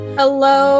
hello